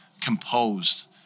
composed